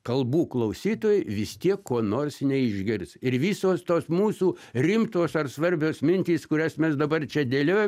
kalbų klausytojai vis tiek ko nors neišgirs ir visos tos mūsų rimtos ar svarbios mintys kurias mes dabar čia dėlioja